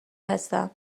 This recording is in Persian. هستم